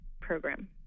program